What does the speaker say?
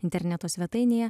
interneto svetainėje